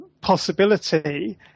possibility